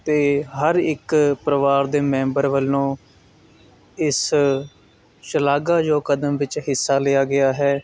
ਅਤੇ ਹਰ ਇੱਕ ਪਰਿਵਾਰ ਦੇ ਮੈਂਬਰ ਵੱਲੋਂ ਇਸ ਸ਼ਲਾਘਾਯੋਗ ਕਦਮ ਵਿੱਚ ਹਿੱਸਾ ਲਿਆ ਗਿਆ ਹੈ